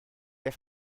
der